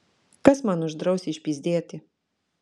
kas man uždraus išpyzdėti